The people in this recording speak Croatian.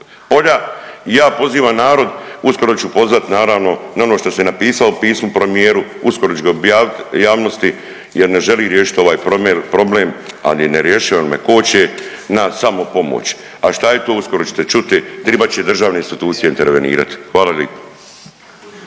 polja i ja pozivam narod, uskoro ću pozvat naravno na ono što sam i napisao pismo premijeru, uskoro ću objavit javnosti jer ne želi riješiti ovaj problem, ali ni ne …/Govornik se ne razumije./… jer me koče na samopomoći. A što je to uskoro ćete čuti tribat će i državne institucije intervenirati. Hvala lipo.